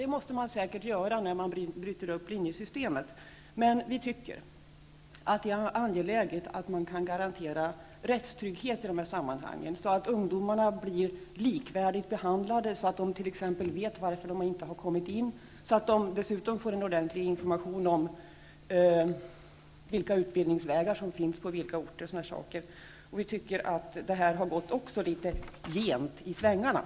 Det måste man säkert göra när man bryter upp linjesystemet. Men vi tycker att det är angeläget att man i de här sammanhangen kan garantera rättstrygghet så att ungdomarna blir likvärdigt behandlade, så att de t.ex. vet varför de inte har kommit in och så att de får en ordentlig information om vilka utbildningsvägar som finns på vilka orter och sådana saker. Vi tycker också här att det har gått undan litet för mycket i svängarna.